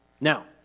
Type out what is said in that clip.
Now